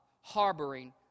harboring